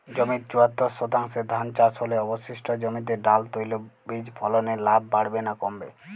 জমির চুয়াত্তর শতাংশে ধান চাষ হলে অবশিষ্ট জমিতে ডাল তৈল বীজ ফলনে লাভ বাড়বে না কমবে?